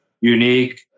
unique